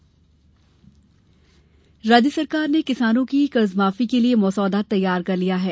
cabinet बैठक राज्य सरकार ने किसानों की कर्ज माफी के लिए मसौदा तैयार कर लिया है